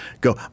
go